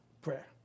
prayer